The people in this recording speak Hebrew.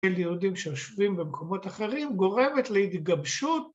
‫אל יהודים שיושבים במקומות אחרים, ‫גורמת להתגבשות.